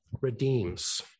redeems